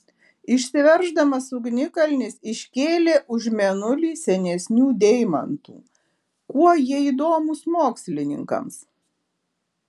išsiverždamas ugnikalnis iškėlė už mėnulį senesnių deimantų kuo jie įdomūs mokslininkams